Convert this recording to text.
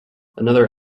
another